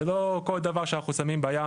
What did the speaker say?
זה לא כל דבר שאנחנו שמים בים,